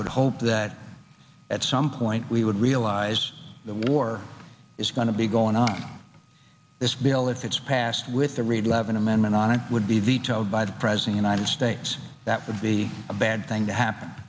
would hope that at some point we would realize the war is going to be going on this bill if it's passed with the reid levin amendment on it would be vetoed by the president united states that would be a bad thing to happen